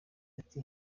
ati